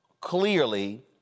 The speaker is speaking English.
clearly